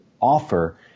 offer